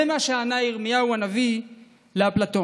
זה מה שענה ירמיהו הנביא לאפלטון: